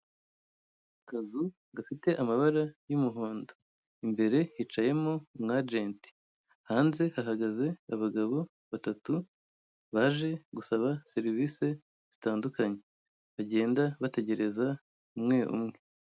Akazu gafite amabara y'umuhondo imbere hicayemo umu agenti, hanze hahagaze abagabo batatu baje gusaba serivise zitandukanye bagenda bategereza umwe umwe.